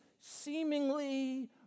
seemingly